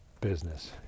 business